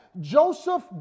Joseph